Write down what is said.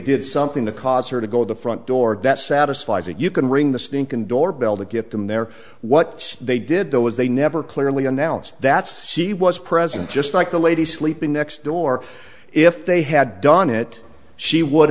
did something to cause her to go to the front door that satisfied that you can wring the stink and doorbell to get them there what they did though was they never clearly announced that's she was present just like the lady sleeping next door if they had done it she would